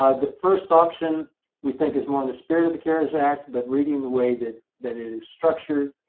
ah the first option we think is more in the spirit of the cares act. but reading the way that that is structured,